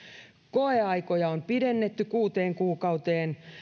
koeaikoja on pidennetty kuuteen kuukauteen